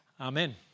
Amen